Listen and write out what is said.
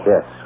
Yes